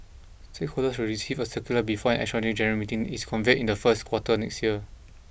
stakeholders will receive a circular before an extraordinary general meeting is conveyed in the first quarter next year